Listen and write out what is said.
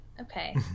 Okay